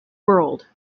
world